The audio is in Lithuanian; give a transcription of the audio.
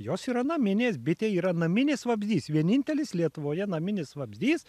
jos yra naminės bitė yra naminis vabzdys vienintelis lietuvoje naminis vabzdys